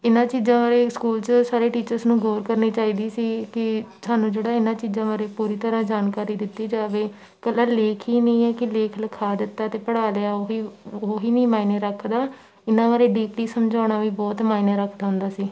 ਇਹਨਾਂ ਚੀਜ਼ਾਂ ਬਾਰੇ ਸਕੂਲ 'ਚ ਸਾਰੇ ਟੀਚਰਸ ਨੂੰ ਗੌਰ ਕਰਨੀ ਚਾਹੀਦੀ ਸੀ ਕਿ ਸਾਨੂੰ ਜਿਹੜਾ ਇਹਨਾਂ ਚੀਜ਼ਾਂ ਬਾਰੇ ਪੂਰੀ ਤਰ੍ਹਾਂ ਜਾਣਕਾਰੀ ਦਿੱਤੀ ਜਾਵੇ ਇਕੱਲਾ ਲੇਖ ਹੀ ਨਹੀਂ ਹੈ ਕਿ ਲੇਖ ਲਿਖਾ ਦਿੱਤਾ ਅਤੇ ਪੜ੍ਹਾ ਲਿਆ ਉਹੀ ਉਹੀ ਨਹੀਂ ਮਾਇਨੇ ਰੱਖਦਾ ਇਹਨਾਂ ਬਾਰੇ ਡੀਪਲੀ ਸਮਝਾਉਣਾ ਵੀ ਬਹੁਤ ਮਾਇਨੇ ਰੱਖਦਾ ਹੁੰਦਾ ਸੀ